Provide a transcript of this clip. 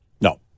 No